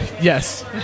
Yes